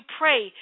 pray